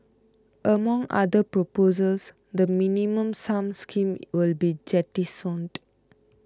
among other proposals the Minimum Sum scheme will be jettisoned